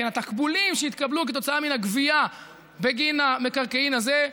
התקבולים שיתקבלו כתוצאה מן הגבייה בגין המקרקעין האלה,